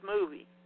movie